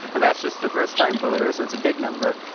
and that's just the first-time voters, so it's a big number.